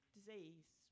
disease